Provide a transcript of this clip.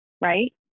right